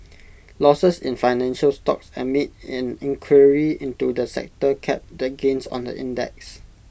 losses in financial stocks amid an inquiry into the sector capped the gains on the index